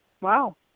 Wow